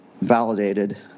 validated